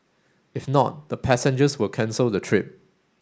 if not the passengers will cancel the trip